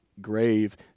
grave